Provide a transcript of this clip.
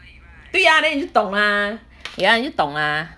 对 ah then 你就 mah ya 你就懂 mah